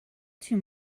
too